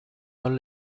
all